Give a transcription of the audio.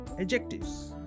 adjectives